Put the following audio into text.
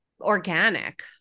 organic